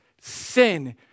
sin